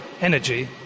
energy